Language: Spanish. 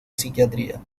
psiquiatría